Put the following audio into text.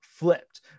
flipped